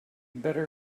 better